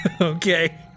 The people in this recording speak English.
Okay